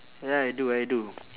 ya I do I do